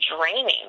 draining